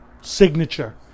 signature